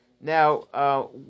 Now